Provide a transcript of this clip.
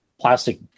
plastic